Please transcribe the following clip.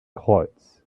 kreuz